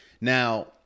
Now